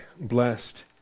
blessed